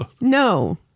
No